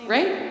Right